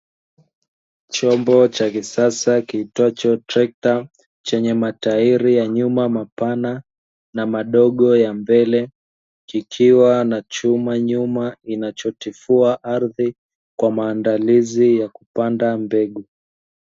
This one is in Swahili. Chombo cha kisasa kiitwacho trekta chenye matairi ya nyuma mapana na madogo ya mbele, kikiwa na chuma nyuma kinachotifua ardhi kwa maandalizi ya kupanda mbegu.